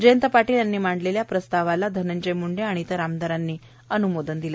जयंत पावील यांनी मांडलेल्या या प्रस्तावाला धनंजय मुंडे आणि इतर आमदारांनी अबुमोदन दिलं